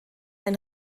ein